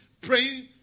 praying